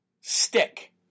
Stick